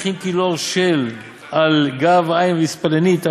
ומניחים קילור על גב העין ואספלנית על